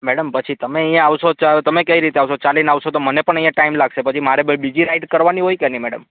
madam પછી તમે અહીં આવશો ત્યારે તમે કઈ રીતે આવશો ચાલી ન આવશો તો મને પણ અહી ટાઇમ લાગશે પછી મારે બીજી રાઈડ કરવાની હોય કે નહીં મેડમ